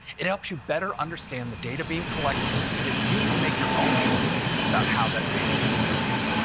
it helps you better understand the data being collected so that you can make your own choices about how that data is used.